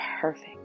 perfect